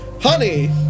Honey